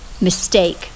mistake